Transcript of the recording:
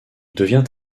devint